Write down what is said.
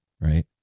right